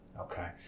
okay